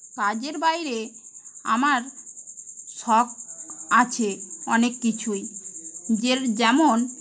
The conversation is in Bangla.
কাজের বাইরে আমার শখ আছে অনেক কিছুই যেমন